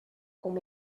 com